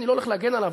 אני לא הולך להגן עליו,